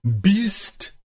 Beast